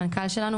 המנכ"ל שלנו,